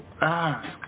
ask